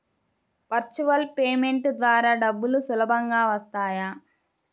Virtual payment ద్వారా డబ్బులు సులభంగా వస్తాయా?